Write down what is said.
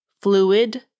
fluid